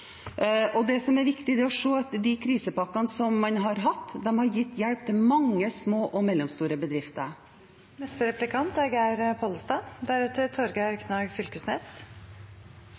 Det som er viktig, er å se at de krisepakkene man har hatt, har gitt hjelp til mange små og mellomstore bedrifter. Det er